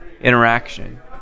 interaction